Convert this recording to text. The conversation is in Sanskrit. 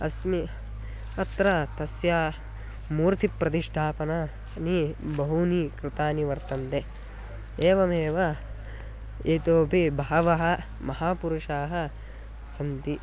अस्मि अत्र तस्य मूर्तिप्रतिष्ठापनानि बहूनि कृतानि वर्तन्ते एवमेव इतोपि बहवः महापुरुषाः सन्ति